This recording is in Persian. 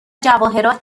جواهرات